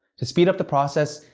to speed up the process,